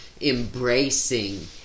embracing